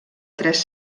tres